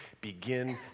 begin